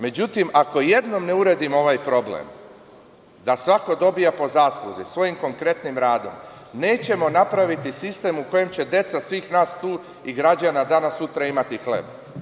Međutim, ako jednom ne uredimo ovaj problem, da svako dobija po zasluzi, svojim konkretnim radom, nećemo napraviti sistem u kojem će deca svih nas ovde i građana danas, sutra imati hleb.